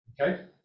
okay